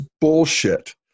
bullshit